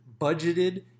budgeted